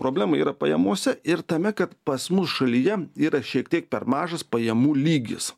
problema yra pajamose ir tame kad pas mus šalyje yra šiek tiek per mažas pajamų lygis